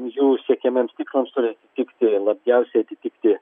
jų siekiamiems tikslams turi tikti labiausiai atitikti